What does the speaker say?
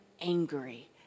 angry